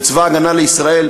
בצבא הגנה לישראל,